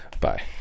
Bye